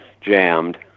jammed